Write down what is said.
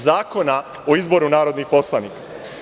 Zakona o izboru narodnih poslanika.